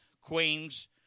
queens